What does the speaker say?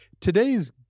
today's